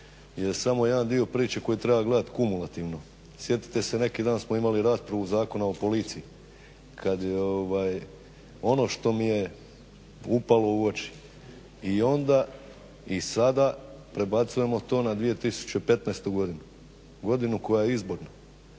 je samo jedan dio priče koji treba gledat kumulativno. Sjetite se neki dan smo imali raspravu Zakona o policiji. Ono što mi je upalo u oči i onda i sada, prebacujemo to na 2015. godinu, godinu koja je izborna.